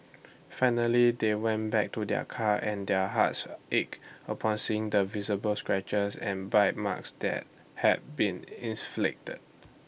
finally they went back to their car and their hearts ached upon seeing the visible scratches and bite marks that had been